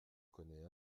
connais